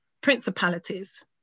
principalities